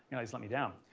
guys let me down.